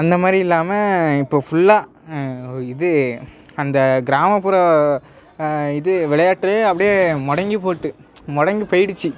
அந்த மாதிரி இல்லாமல் இப்போ ஃபுல்லாக இது அந்த கிராமப்புற இது விளையாட்டே அப்படி முடங்கி போய்ட்டு முடங்கி போய்டுச்சி